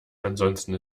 ansonsten